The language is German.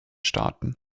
staaten